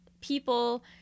people